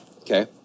Okay